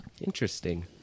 Interesting